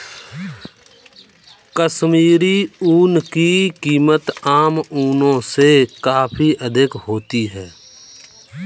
कश्मीरी ऊन की कीमत आम ऊनों से काफी अधिक होती है